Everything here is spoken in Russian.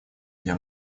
для